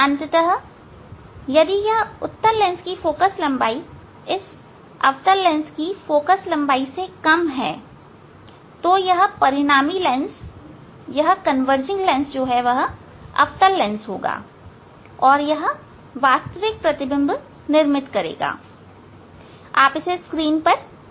अंततः यदि इस उत्तल लेंस की फोकल लंबाई इस अवतल लेंस की फोकल लंबाई से कम है तो यह परिणामी लेंस यह कन्वर्जिंग अवतल लेंस होगा और यह वास्तविक प्रतिबिंब निर्मित करेगा और आप इसे स्क्रीन पर देख सकते हैं